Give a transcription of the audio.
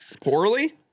Poorly